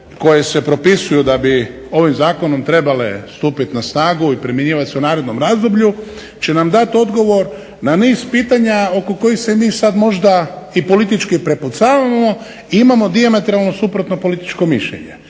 koje se propisuju da bi ovim zakonom trebale stupiti na snagu i primjenjivati se u narednom razdoblju će nam dati odgovor na niz pitanja oko kojih se mi sad možda i politički prepucavamo, i imamo dijametralno suprotno političko mišljenje,